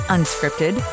Unscripted